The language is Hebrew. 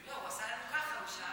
לא, הוא עשה לנו ככה, הוא שאל